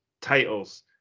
titles